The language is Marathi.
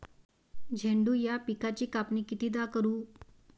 झेंडू या पिकाची कापनी कितीदा करू?